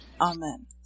Amen